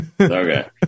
Okay